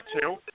two